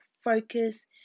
focus